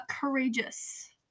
Courageous